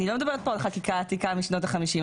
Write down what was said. אני לא מדברת כאן על חקיקה עתיקה משנת ה-50,